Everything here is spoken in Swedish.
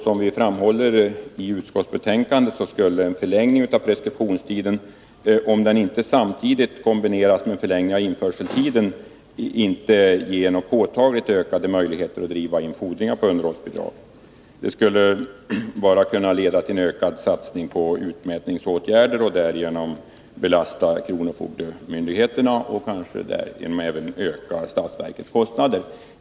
Som vi framhåller i utskottsbetänkandet skulle en förlängning av preskriptionstiden, om den inte samtidigt kombineras med förlängning av införseltiden, inte ge några påtagligt ökade möjligheter att driva in fordringar som gäller underhållsbidrag. En förlängning av preskriptionstiden skulle bara kunna leda till ökad satsning på utmätningsåtgärder och därigenom belasta kronofogdemyndigheterna och kanske även öka statsverkets kostnader.